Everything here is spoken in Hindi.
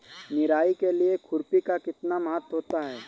निराई के लिए खुरपी का कितना महत्व होता है?